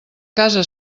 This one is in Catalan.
casa